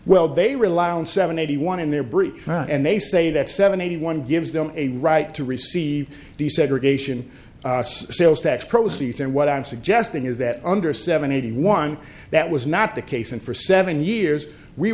well they rely on seven eighty one in their brief and they say that seven eighty one gives them a right to receive desegregation sales tax proceeds and what i'm suggesting is that under seven hundred one that was not the case and for seven years we